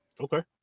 Okay